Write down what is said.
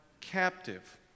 captive